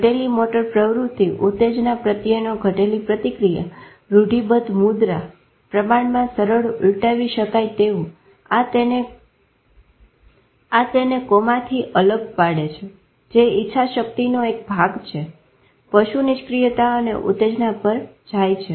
ઘટેલી motor પ્રવૃત્તિ ઉતેજના પ્રત્યેનો ઘટેલી પ્રતિક્રિયા રૂઢીબધ મુદ્રા પ્રમાણમાં સરળ ઉલટાવી શકાય તેવું આ તેને કોમથી અલગ પાડે છે જે ઈચ્છાશક્તિનો એક ભાગ છે પશુ નિષ્ક્રિયતા અને ઉતેજના પર જાય છે